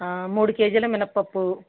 మూడు కేజీలు మినప్పప్పు